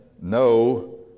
no